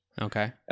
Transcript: Okay